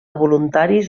voluntaris